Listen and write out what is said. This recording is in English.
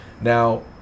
Now